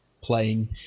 playing